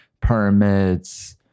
permits